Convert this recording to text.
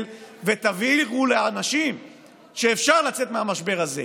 ותבהירו לאנשים שאפשר לצאת מהמשבר הזה,